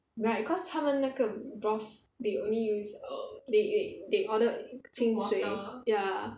right cause 他们那个 broth they only use err they they they ordered 清水 ya